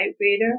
reader